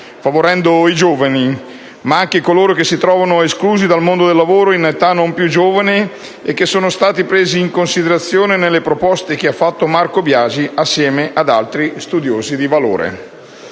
favorendo i giovani, ma anche coloro che si trovavano esclusi dal mondo del lavoro in età non più giovane e che sono stati presi in considerazione nelle proposte che ha fatto Marco Biagi assieme ad altri studiosi di valore.